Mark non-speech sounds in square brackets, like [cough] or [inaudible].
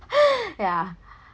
[laughs] ya